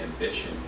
ambition